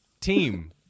team